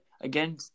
again